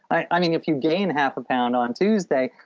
i mean, if you gain half a pound on tuesday,